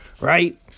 right